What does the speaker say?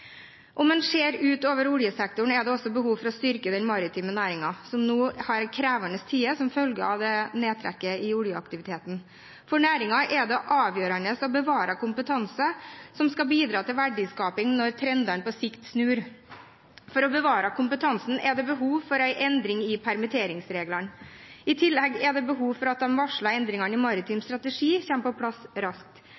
Om en ser utover oljesektoren, er det også behov for å styrke den maritime næringen, som nå har krevende tider som følge av nedtrekket i oljeaktiviteten. For næringen er det avgjørende å bevare kompetanse som skal bidra til verdiskaping når trendene på sikt snur. For å bevare kompetansen er det behov for en endring i permitteringsreglene. I tillegg er det behov for at de varslede endringene i maritim